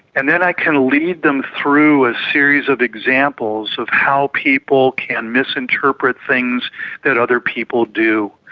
and then i can lead them through a series of examples of how people can misinterpret things that other people do,